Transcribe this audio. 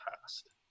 past